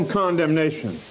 condemnation